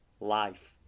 life